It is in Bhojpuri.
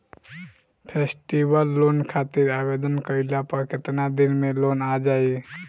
फेस्टीवल लोन खातिर आवेदन कईला पर केतना दिन मे लोन आ जाई?